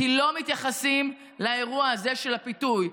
כי לא מתייחסים לאירוע הזה של הפיתוי,